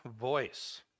voice